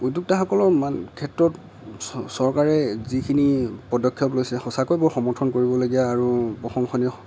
উদ্যোক্তাসকলক ইমান ক্ষেত্ৰত চৰকাৰে যিখিনি পদক্ষেপ লৈছে সঁচাকৈ বৰ সমৰ্থন কৰিবলগীয়া আৰু প্ৰসংশনীয়